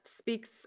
speaks